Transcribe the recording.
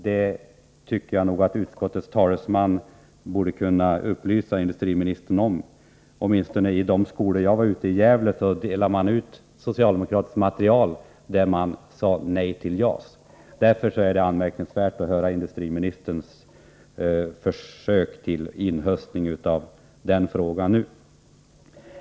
Det tycker jag nog att utskottets talesman borde kunna upplysa industriministern om. Åtminstone i de skolor i Gävle som jag besökte, delade socialdemokraterna ut material där man sade nej till JAS. Därför är det anmärkningsvärt att industriministern nu försöker inhösta detta som en poäng.